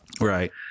Right